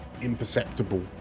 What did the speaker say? imperceptible